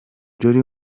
jolly